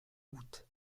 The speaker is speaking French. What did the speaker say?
août